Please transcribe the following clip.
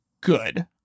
good